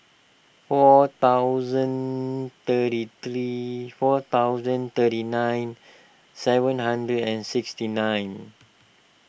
four thousand thirty three four thousand thirty nine seven hundred and sixty nine